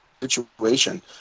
situation